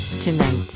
Tonight